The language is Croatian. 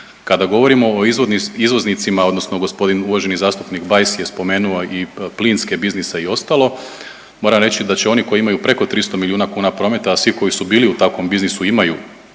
Kada govorimo o izvoznicima, odnosno gospodin uvaženi zastupnik Bajs je spomenuo i plinske biznise i ostalo moram reći da će oni koji imaju preko 300 milijuna kuna prometa, a svi koji su bili u takvom biznisu imaju